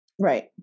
Right